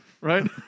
Right